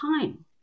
time